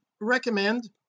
recommend